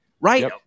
right